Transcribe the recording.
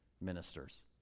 ministers